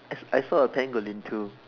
I I saw a too